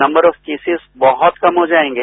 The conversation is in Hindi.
नम्बर ऑफ केसिस बहुत कम हो जाएंगे